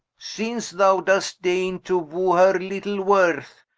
since thou dost daigne to woe her little worth,